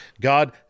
God